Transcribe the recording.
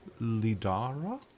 Lidara